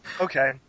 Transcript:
Okay